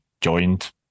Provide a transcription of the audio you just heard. joined